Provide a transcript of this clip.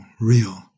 real